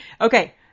Okay